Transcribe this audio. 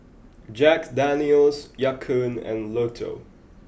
Jack Daniel's Ya Kun and Lotto